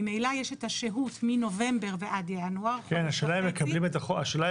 ממילא יש את השהות מנובמבר ועד ינואר --- השאלה אם הוועדות